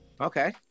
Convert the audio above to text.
Okay